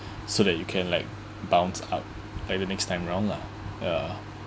so that you can like bounce up like the next time round lah ya